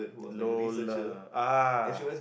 Lola ah